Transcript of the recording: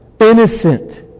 innocent